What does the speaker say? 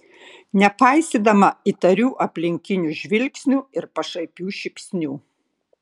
nepaisydama įtarių aplinkinių žvilgsnių ir pašaipių šypsnių